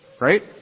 right